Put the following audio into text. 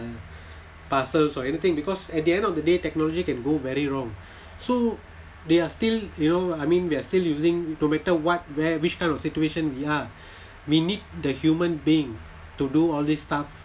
uh parcels or anything because at the end of the day technology can go very wrong so they are still you know I mean we're still using no matter what where which kind of situation we are we need the human being to do all this stuff